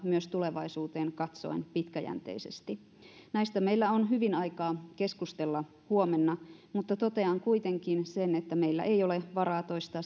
myös tulevaisuuteen katsoen pitkäjänteisesti näistä meillä on hyvin aikaa keskustella huomenna mutta totean kuitenkin sen että meillä ei ole varaa toistaa